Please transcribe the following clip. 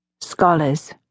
scholars